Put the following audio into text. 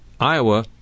Iowa